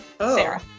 Sarah